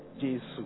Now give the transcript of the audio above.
Jesus